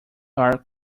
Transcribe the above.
are